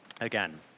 again